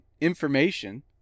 information